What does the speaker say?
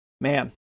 man